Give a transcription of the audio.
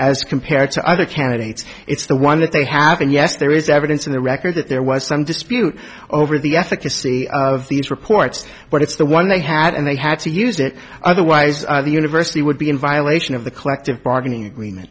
as compared to other candidates it's the one that they have and yes there is evidence in the record that there was some dispute over the efficacy of these reports but it's the one they had and they had to use it otherwise the university would be in violation of the collective bargaining agreement